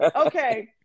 Okay